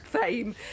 fame